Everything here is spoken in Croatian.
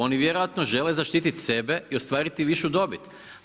Oni vjerojatno žele zaštiti sebe i ostvariti višu dobit.